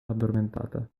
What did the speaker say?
addormentata